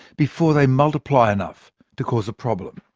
before they multiply enough to cause a problem.